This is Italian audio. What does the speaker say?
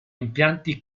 impianti